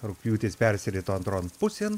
rugpjūtis persirito antron pusėn